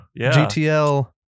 GTL